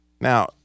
Now